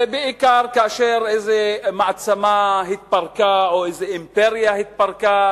בעיקר כאשר איזו מעצמה התפרקה או איזו אימפריה התפרקה,